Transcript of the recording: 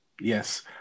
Yes